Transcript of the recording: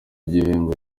gihembo